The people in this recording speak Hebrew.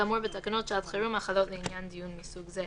כאמור בתקנות שעת חירום החלות לעניין דיון מסוג זה.